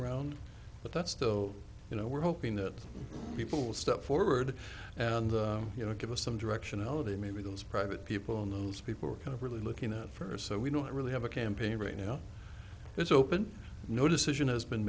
around but that's still you know we're hoping that people will step forward and you know give us some directionality maybe those private people in those people are kind of really looking at first so we don't really have a campaign right now is open no decision has been